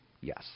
yes